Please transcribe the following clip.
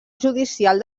judicial